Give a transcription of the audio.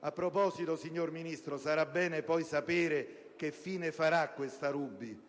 A proposito, signor Ministro, sarà bene poi sapere che fino farà questa Ruby,